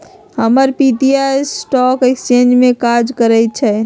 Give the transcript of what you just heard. हमर पितिया stock exchange में काज करइ छिन्ह